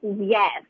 Yes